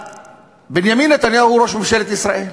בנימין נתניהו הוא ראש ממשלת ישראל.